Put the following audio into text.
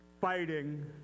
fighting